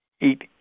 eat